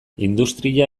industria